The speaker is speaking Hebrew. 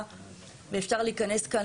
אפשר להיכנס כאן